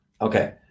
Okay